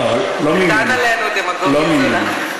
קטן עלינו "דמגוגיה זולה".